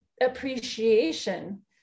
appreciation